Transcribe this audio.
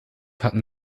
hatten